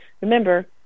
Remember